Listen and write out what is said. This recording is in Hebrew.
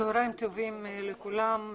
צהריים טובים לכולם.